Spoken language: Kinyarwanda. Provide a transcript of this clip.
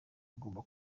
agomba